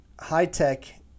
high-tech